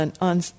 On